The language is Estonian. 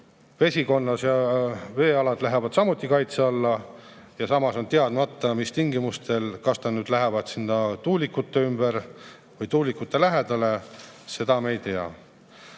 Vesikonna veealad lähevad samuti kaitse alla, samas on teadmata, mis tingimustel, kas need lähevad sinna tuulikute ümber või tuulikute lähedale, seda me ei tea.